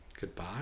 Goodbye